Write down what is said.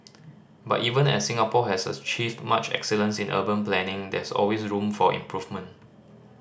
but even as Singapore has achieved much excellence in urban planning there is always room for improvement